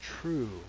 true